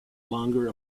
longer